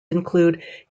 include